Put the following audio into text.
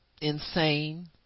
insane